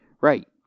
right